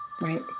Right